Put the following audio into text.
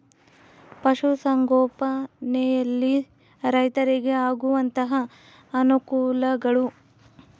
ಪಶುಸಂಗೋಪನೆಯಲ್ಲಿ ರೈತರಿಗೆ ಆಗುವಂತಹ ಅನುಕೂಲಗಳು?